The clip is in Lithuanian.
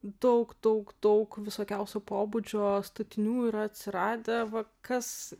daug daug daug visokiausio pobūdžio statinių yra atsiradę va kas